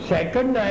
Second